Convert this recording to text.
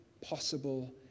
possible